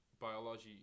biology